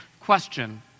question